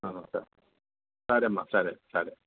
ఆ సరే సరే అమ్మా సరే సరే